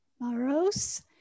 Maros